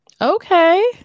Okay